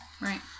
Right